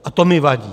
A to mi vadí!